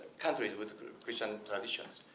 countries with christian traditions.